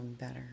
better